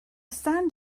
sand